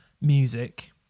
music